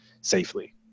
safely